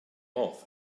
off